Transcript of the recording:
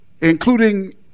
including